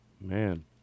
Man